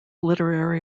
literary